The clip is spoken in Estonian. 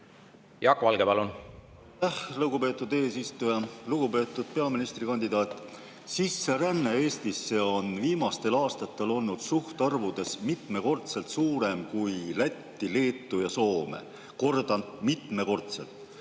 Jaak Valge, palun! Lugupeetud eesistuja! Lugupeetud peaministrikandidaat! Sisseränne Eestisse on viimastel aastatel olnud suhtarvudes mitmekordselt suurem kui sisseränne Lätti, Leetu ja Soome. Kordan: mitmekordselt!